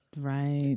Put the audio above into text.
Right